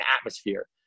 atmosphere